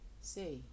say